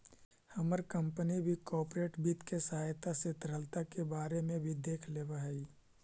हमर कंपनी भी कॉर्पोरेट वित्त के सहायता से तरलता के बारे में भी देख लेब हई